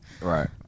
right